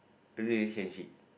relationship